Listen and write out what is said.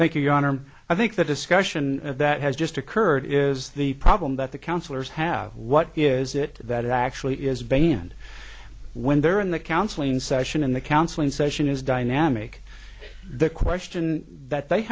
honor i think the discussion that has just occurred is the problem that the counselors have what is it that actually is banned when they're in the counseling session and the counseling session is dynamic the question that they